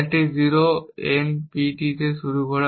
একটি 0 n p t দিয়ে শুরু করা